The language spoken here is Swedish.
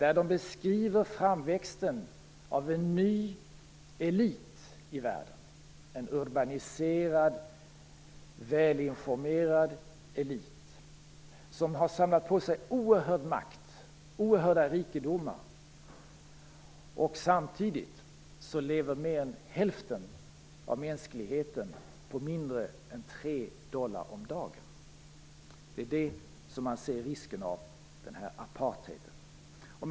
Man beskriver där framväxten av en ny elit i världen, en urbaniserad, välinformerad elit som har samlat på sig oerhörd makt och oerhörda rikedomar. Samtidigt lever mer än hälften av mänskligheten på mindre än 3 dollar om dagen. Det är där man ser risken av apartheid.